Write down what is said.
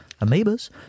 amoebas